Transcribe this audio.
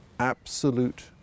absolute